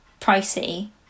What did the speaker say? pricey